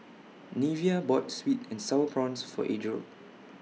Neveah bought Sweet and Sour Prawns For Adriel